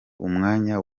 umwanya